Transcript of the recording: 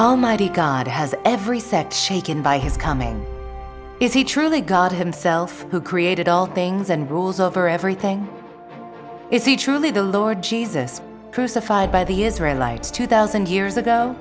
almighty god has every sex shaken by his coming is he truly god himself who created all things and rules over everything is he truly the lord jesus crucified by the israeli lights two thousand years ago